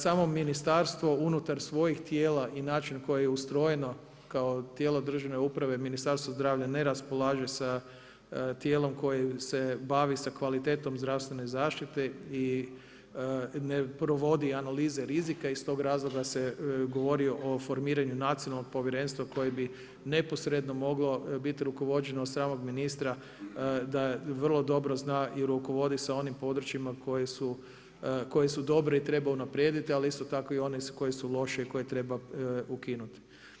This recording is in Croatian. Samo ministarstvo unutar svojih tijela i način na koji je ustrojeno kao tijelo državne uprave Ministarstvo zdravlja ne raspolaže sa tijelom koje se bavi sa kvalitetom zdravstvene zaštite i ne provodi analize rizika i iz tog razloga se govori o formiranju nacionalnog povjerenstva koje bi neposredno moglo biti rukovođeno od samog ministra da vrlo dobro zna i rukovodi sa onim područjima koja su dobra i treba unaprijediti ali isto tako i one koji su lošije i koje treba ukinuti.